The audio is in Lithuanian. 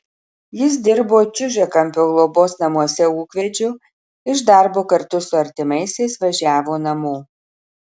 jis dirbo čiužiakampio globos namuose ūkvedžiu iš darbo kartu su artimaisiais važiavo namo